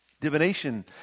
divination